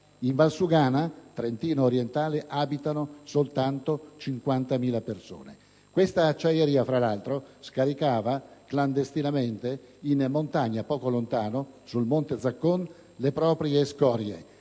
(in Valsugana, Trentino orientale, abitano soltanto 50.000 persone). Questa acciaieria, peraltro, scaricava clandestinamente in montagna, poco lontano, sul monte Zaccon, le proprie scorie.